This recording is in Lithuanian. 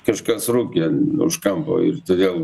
kažkas rūkė už kampo ir todėl